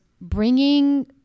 bringing